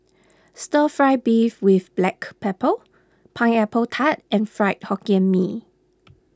Stir Fry Beef with Black Pepper Pineapple Tart and Fried Hokkien Mee